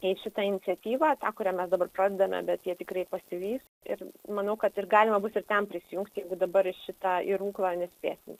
į šitą iniciatyvą tą kuriame dabar pradedame bet jie tikrai pasivys ir manau kad ir galima bus ir ten prisijungti jeigu dabar šitą į ruklą nespėsim